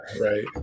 Right